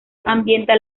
ambienta